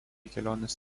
kelionės